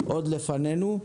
עוד לפנינו.